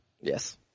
Yes